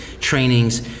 trainings